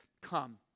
come